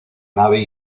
nave